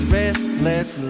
restless